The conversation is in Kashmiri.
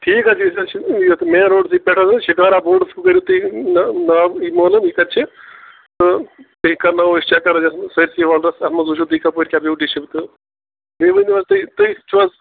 ٹھیٖک حظ چھِ أسۍ حظ چھِ یَتھ مین روڈسٕے پٮ۪ٹھ حظ شِکارا بوٹَس کُن کٔریُو تُہۍ ناو یہِ معلوٗم یہِ کَتہِ چھِ تہٕ بیٚیہِ کَرٕناوَو أسۍ چکر سٲرۍسٕے وَلرَس تَتھ منٛز وُچھُو تُہۍ کَپٲرۍ کیٛاہ بیوٗٹی چھِ تہٕ بیٚیہِ ؤنیُو حظ تُہۍ تُہۍ چھُو حظ